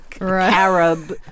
Arab